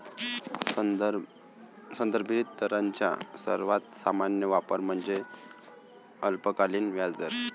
संदर्भित दरांचा सर्वात सामान्य वापर म्हणजे अल्पकालीन व्याजदर